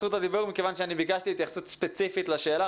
זכות הדיבור מכיוון שביקשתי התייחסות ספציפית לשאלה,